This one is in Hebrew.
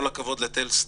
כל הכבוד לטלז-סטון.